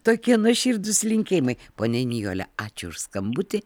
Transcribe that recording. tokie nuoširdūs linkėjimai ponia nijole ačiū už skambutį